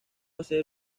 hacer